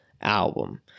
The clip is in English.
album